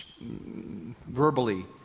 verbally